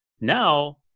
Now